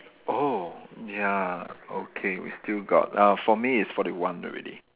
oh ya okay we still got uh for me it's forty one already